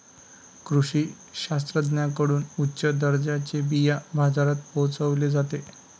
कृषी शास्त्रज्ञांकडून उच्च दर्जाचे बिया बाजारात पोहोचवले जाते